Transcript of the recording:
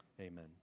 Amen